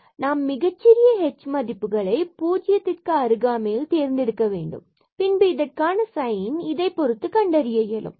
ஆனால் நாம் மிகச் சிறிய h மதிப்புகளை பூஜ்ஜியத்துக்கு அருகாமையில் தேர்ந்தெடுக்க வேண்டும் பின்பு இதற்கான சைன்ஐ இதைப் பொறுத்து கண்டறிய இயலும்